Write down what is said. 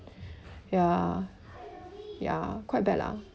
ya ya quite bad lah